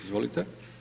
Izvolite.